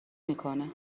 میکنه